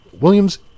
Williams